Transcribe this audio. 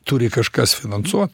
turi kažkas finansuo